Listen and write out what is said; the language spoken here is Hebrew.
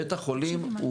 בית החולים,